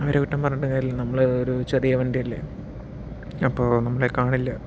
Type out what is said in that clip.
അവരെ കുറ്റം പറഞ്ഞിട്ടും കാര്യമില്ല നമ്മള് ഒരു ചെറിയ വണ്ടിയല്ലേ അപ്പോൾ നമ്മളെ കാണില്ല